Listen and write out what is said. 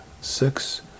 six